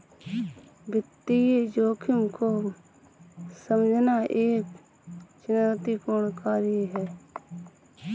वित्तीय जोखिम को समझना एक चुनौतीपूर्ण कार्य है